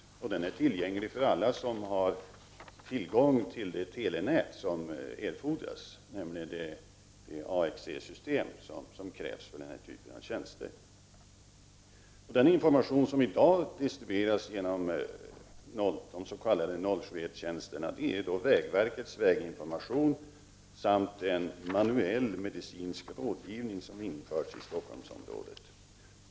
Denna information är tillgänglig för alla som har tillgång till det telenät som erfordras för den här typen av tjänster, nämligen AXE-systemet. Den information som i dag distribueras genom de s.k. 071-tjänsterna är vägverkets väginformation och en manuell medicinsk rådgivning som har införts i Stockholmsområdet.